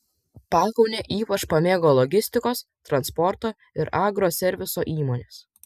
pakaunę ypač pamėgo logistikos transporto ir agroserviso įmonės